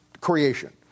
creation